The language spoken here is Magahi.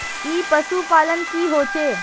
ई पशुपालन की होचे?